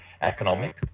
economic